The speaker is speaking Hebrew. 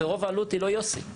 ורוב העלות היא לא יוסי.